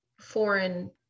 foreign